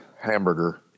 Hamburger